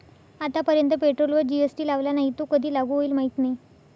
आतापर्यंत पेट्रोलवर जी.एस.टी लावला नाही, तो कधी लागू होईल माहीत नाही